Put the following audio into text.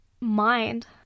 mind